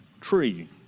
tree